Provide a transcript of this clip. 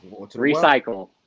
Recycle